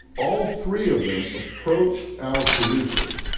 all three of them approached our producer,